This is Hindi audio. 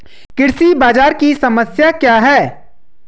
कृषि बाजार की समस्या क्या है?